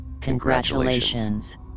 Congratulations